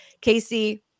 Casey